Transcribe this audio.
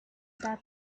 that